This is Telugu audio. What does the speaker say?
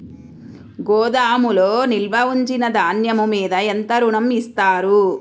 గోదాములో నిల్వ ఉంచిన ధాన్యము మీద ఎంత ఋణం ఇస్తారు?